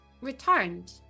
returned